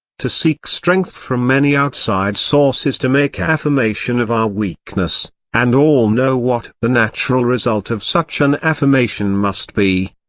to seek strength from any outside source is to make affirmation of our weakness, and all know what the natural result of such an affirmation must be.